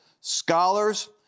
scholars